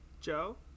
Joe